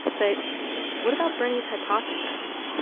but what about bernie's hypothesis?